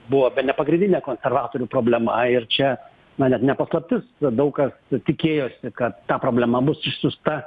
buvo bene pagrindinė konservatorių problema ir čia na net ne paslaptis daug kas tikėjosi kad ta problema bus išsiųsta